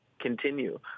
continue